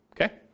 Okay